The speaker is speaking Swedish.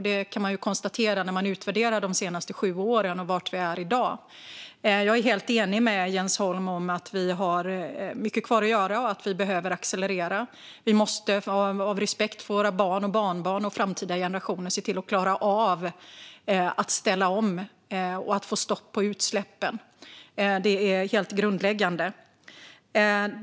Det kan man konstatera när man utvärderar de senaste sju åren och var vi är i dag. Jag är helt enig med Jens Holm om att vi har mycket kvar att göra och att vi behöver accelerera. Av respekt för våra barn och barnbarn och framtida generationer måste vi se till att klara av att ställa om och få stopp på utsläppen. Det är helt grundläggande.